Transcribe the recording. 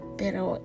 pero